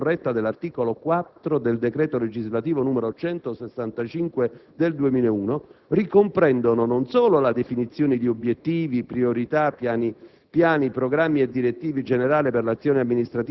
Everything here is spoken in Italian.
conformemente a quella che sembrerebbe la lettura più corretta dell'articolo 4 del decreto legislativo n. 165 del 2001, ricomprendono non solo la definizione di obiettivi, priorità, piani,